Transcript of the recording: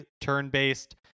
turn-based